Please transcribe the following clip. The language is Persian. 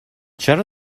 چرا